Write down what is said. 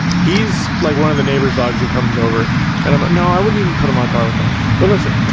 he's like one of the neighbors dogs who comes over and um no, i wouldn't even put him on par with that. but listen,